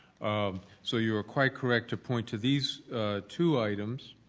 um so you are quite correct to point to these two items.